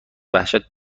وحشت